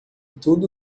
tudo